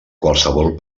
qualsevol